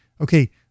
Okay